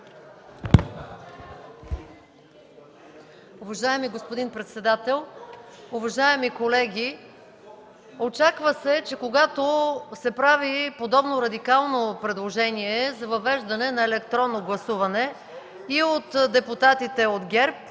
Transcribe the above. Уважаеми господин председател, уважаеми колеги! Очаква се, че когато се прави подобно радикално предложение – за въвеждане на електронно гласуване, и от депутатите от ГЕРБ,